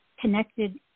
connected